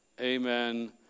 Amen